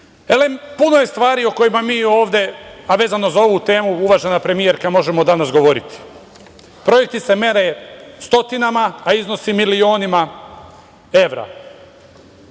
maj. Elem, puno je stvari o kojima mi ovde, a vezano za ovu temu, uvažena premijerka, možemo danas govoriti. Projekti se mere stotinama, a iznosi milionima evra. Puno